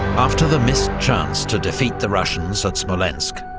after the missed chance to defeat the russians at smolensk,